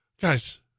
guys